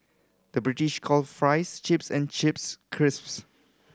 the British calls fries chips and chips crisps